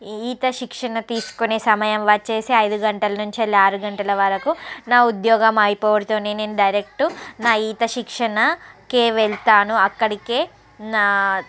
ఈత శిక్షణ తీసుకునే సమయం వచ్చేసి ఐదు గంటల నుంచి ఆరు గంటల వరకు నా ఉద్యోగం అయిపోవడంతో నేను డైరెక్ట్ నా ఈత శిక్షణకే వెళ్తాను అక్కడికే నా